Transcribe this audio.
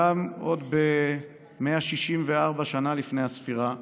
עוד בשנת 164 לפני הספירה,